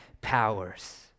powers